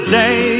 day